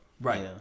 right